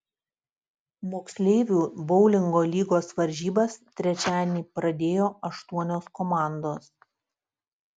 moksleivių boulingo lygos varžybas trečiadienį pradėjo aštuonios komandos